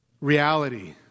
reality